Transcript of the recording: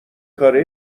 کاره